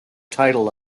title